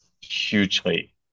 hugely